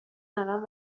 الان